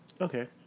Okay